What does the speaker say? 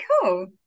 cool